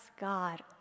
God